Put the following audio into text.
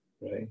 Right